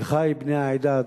אחי בני העדה הדרוזית,